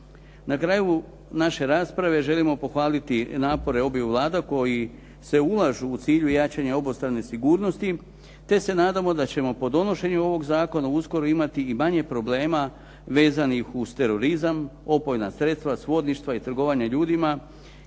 Na kraju naše rasprave želimo pohvaliti napore obiju vlada koji se ulažu u cilju jačanja obostrane sigurnosti, te se nadamo da ćemo po donošenju ovog zakona uskoro imati i manje problema vezanih uz terorizam, opojna sredstva, svodništva i trgovanja ljudima,